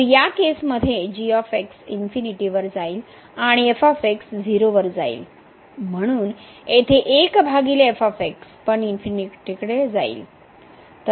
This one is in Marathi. तर या केसमध्ये इन्फिनिटी वर जाईल आणि 0 वर जाईल म्हणून येथे इन्फिनिटी कडे जाईल